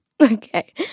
Okay